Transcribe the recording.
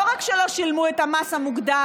לא רק שלא שילמו את המס המוגדל,